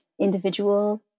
individual